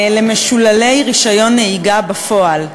למשוללי רישיון נהיגה בפועל,